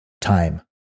time